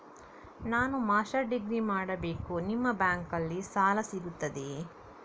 ನಾನು master degree ಮಾಡಬೇಕು, ನಿಮ್ಮ ಬ್ಯಾಂಕಲ್ಲಿ ಸಾಲ ಸಿಗುತ್ತದೆಯೇ?